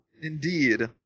Indeed